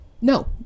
no